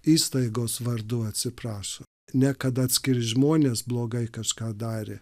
įstaigos vardu atsiprašo ne kad atskiri žmonės blogai kažką darė